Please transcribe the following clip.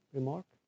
remark